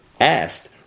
asked